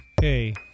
hey